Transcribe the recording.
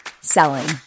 selling